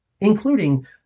including